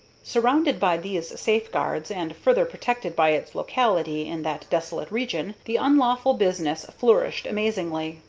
surrounded by these safeguards, and further protected by its locality in that desolate region, the unlawful business flourished amazingly.